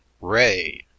Ray